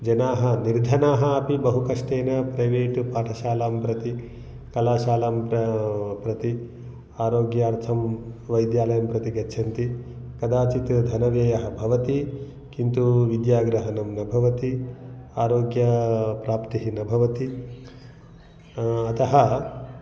जनाः निर्धनाः अपि बहु कष्टेन प्रेवेट् पाठशालां प्रति कलाशालां प्र प्रति आरोग्यार्थं वैद्यालयं प्रति गच्छन्ति कदाचित् धनव्ययः भवति किन्तु विद्याग्रहणं न भवति आरोग्यप्राप्तिः न भवति अतः